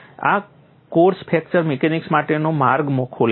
આ course fracture mechanics માટેનો માર્ગ ખોલે છે